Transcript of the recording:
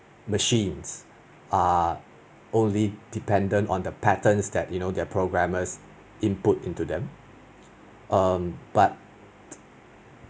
machines are only dependent on the patterns that you know their programmers input into them um but